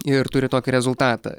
ir turi tokį rezultatą